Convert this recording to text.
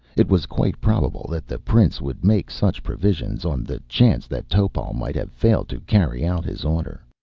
it was quite probable that the prince would make such provisions, on the chance that topal might have failed to carry out his order.